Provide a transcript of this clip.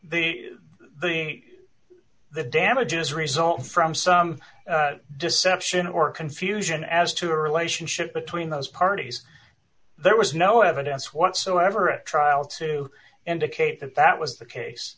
act the the damages resulting from some deception or confusion as to a relationship between those parties there was no evidence whatsoever at trial to indicate that that was the